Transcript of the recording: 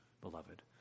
beloved